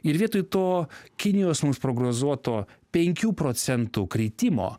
ir vietoj to kinijos mums prognozuoto penkių procentų kritimo